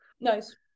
Nice